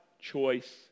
choice